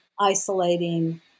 isolating